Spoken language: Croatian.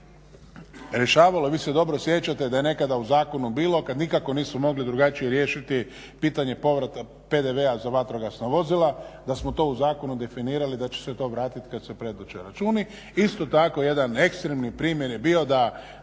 rješavalo. I vi se dobro sjećate da je nekada u zakonu bilo kad nikako nisu mogli drugačije riješiti pitanje povrata PDV-a za vatrogasna vozila da smo to u zakonu definirali da će se to vratiti kad se predoče računi. Isto tako, jedan ekstremni primjer je bio da